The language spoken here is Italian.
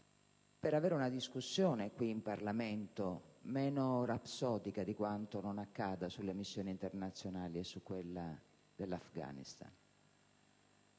per svolgere una discussione in Parlamento meno rapsodica di quanto non accada sulle missioni internazionali e su quella dell'Afghanistan;